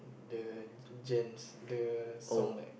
the gents the song like